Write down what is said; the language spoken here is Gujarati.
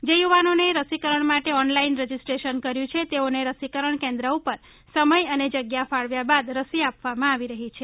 જે યુવાનોએ રસીકરણ માટે ઓનલાઈન રજીસ્ટ્રેશન કર્યુ છે તેઓને રસીકરણ કેન્દ્ર પર સમય અને જગ્યા ફાળવ્યા બાદ રસી આપવામાં આવી રહી છે